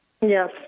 Yes